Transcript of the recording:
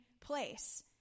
place